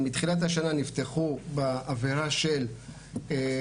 לפי הנתונים מתחילת השנה נפתחו בעבירה של מה